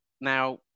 Now